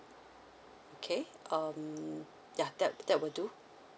okay um yeah that that will do